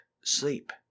sleep